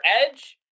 edge